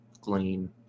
clean